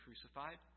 crucified